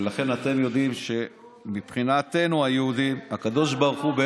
התנ"ך מצביע על